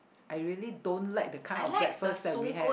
I really don't like the kind of breakfast that we have